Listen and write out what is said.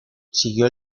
siguió